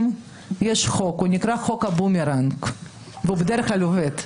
יש חוק והוא נקרא חוק הבומרנג ובדרך כלל הוא עובד.